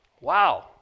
Wow